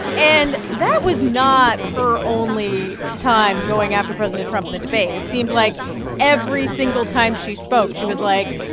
and that was not her only time going after president trump in the debate. it seemed like every single time she spoke, she was, like,